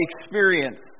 experience